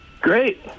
Great